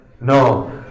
No